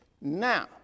Now